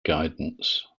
guidance